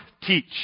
teach